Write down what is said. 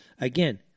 Again